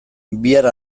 bihar